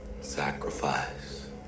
Sacrifice